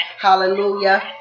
Hallelujah